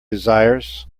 desires